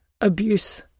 abuse